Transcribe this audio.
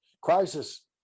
crisis